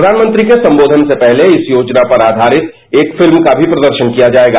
प्रघानमंत्री के संबोषन से पहले इस योजना पर आयारित एक फ़िल्म का भी प्रदर्शन किया जायेगा